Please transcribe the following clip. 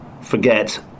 forget